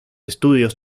estudios